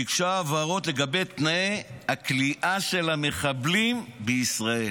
ביקשה הבהרות לגבי תנאי הכליאה של המחבלים בישראל.